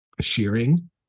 shearing